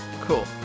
cool